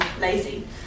lazy